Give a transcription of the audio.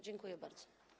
Dziękuję bardzo.